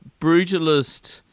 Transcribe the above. brutalist